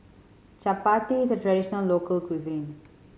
Chappati is a traditional local cuisine